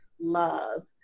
love